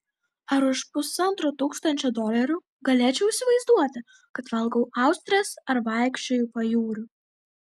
ar už pusantro tūkstančio dolerių galėčiau įsivaizduoti kad valgau austres ar vaikščioju pajūriu